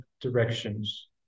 directions